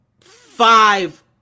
five